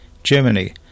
Germany